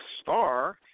star